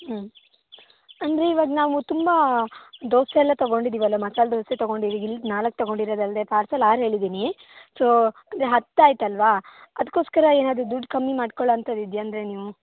ಅಂದರೆ ಇವಾಗ ನಾವು ತುಂಬ ದೋಸೆಯೆಲ್ಲ ತಗೊಂಡಿದ್ದೀವಲ್ಲ ಮಸಾಲೆ ದೋಸೆ ತಗೊಂಡಿದ್ದೀವಿ ಇಲ್ಲಿ ನಾಲ್ಕು ತಗೊಂಡಿರೋದಲ್ಲದೆ ಪಾರ್ಸೆಲ್ ಆರು ಹೇಳಿದ್ದೀನಿ ಸೊ ಅಂದರೆ ಹತ್ತು ಆಯ್ತು ಅಲ್ವಾ ಅದಕ್ಕೋಸ್ಕರ ಏನಾದರೂ ದುಡ್ಡು ಕಮ್ಮಿ ಮಾಡ್ಕೊಳ್ಳೋವಂಥದು ಇದೆಯಾ ಅಂದರೆ ನೀವು